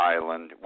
Island